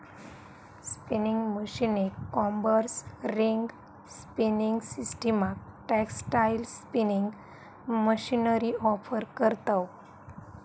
spinning मशीनीक combers, ring spinning सिस्टमाक textile spinning machinery offer करतव